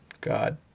God